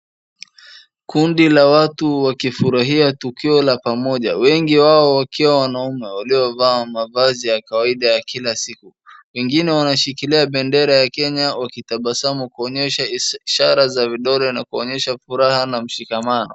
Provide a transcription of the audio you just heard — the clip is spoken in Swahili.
Kundi la watu wakifurahia tukio la pamoja. wengi wao wakiwa wanaume waliovaa mavazi ya kawaida ya kila siku. Wengine wanashikilia bendera ya Kenya wakitabasamu kuonyesha ishara za vidole na kuonyesha furaha na mshikamano.